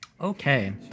Okay